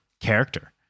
character